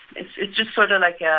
it's it's just sort of like yeah